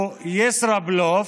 שהוא ישראבלוף,